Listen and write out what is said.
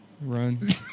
run